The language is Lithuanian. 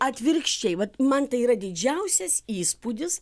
atvirkščiai vat man tai yra didžiausias įspūdis